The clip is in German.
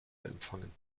empfangen